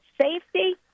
safety